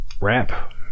rap